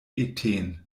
ethen